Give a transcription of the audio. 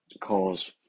cause